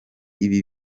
ibi